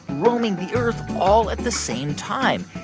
roaming the earth all at the same time.